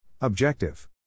Objective